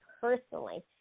personally